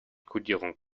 kodierung